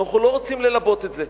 אנחנו לא רוצים ללבות את זה.